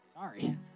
sorry